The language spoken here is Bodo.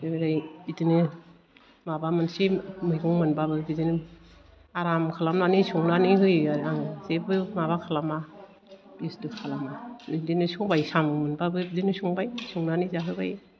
बेनिफ्राय बिदिनो माबा मोनसे मैगं मोनबाबो बिदिनो आराम खालामनानै संनानै होयो आरो आं जेब्बो माबा खालामा बिस्थु खालामा बिदिनो सबाइ साम' मोनबाबो बिदिनो संबाय संनानै जाहोबाय